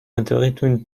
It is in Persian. اتاقیتون